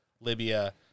Libya